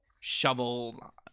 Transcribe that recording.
shovel